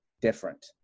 different